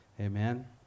Amen